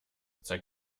zeig